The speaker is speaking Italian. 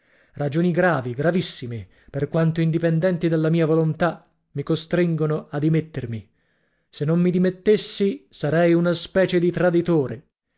ragioni gravi gravissime per quanto indipendenti dalla mia volontà mi costringono a dimettermi se non mi dimettessi sarei una specie di traditore